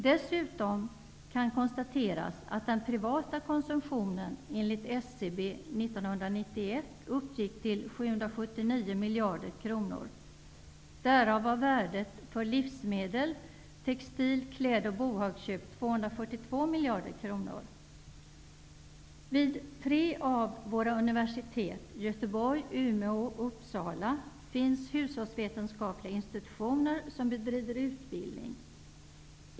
Dessutom kan det konstateras att den privata konsumtionen år 1991 Vid tre av våra universitet -- universiteten i Göteborg, Umeå och Uppsala -- finns hushållsvetenskapliga institutioner som bedriver utbildning.